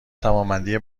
توانمندی